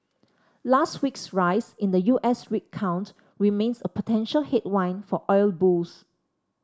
last week's rise in the U S rig count remains a potential headwind for oil bulls